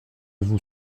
vous